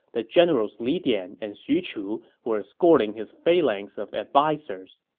the generals li dian and xu chu were escorting his phalanx of advisers.